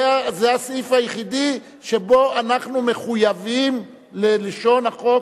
זה הסעיף היחיד שבו אנחנו מחויבים ללשון החוק,